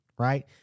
Right